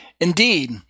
Indeed